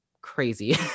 crazy